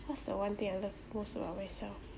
what's the one thing I love most about myself